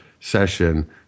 session